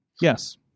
Yes